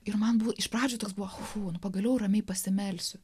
ir man buvo iš pradžių toks buvo fu nu pagaliau ramiai pasimelsiu